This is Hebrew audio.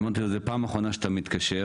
אמרתי לו זה פעם אחרונה שאתה מתקשר.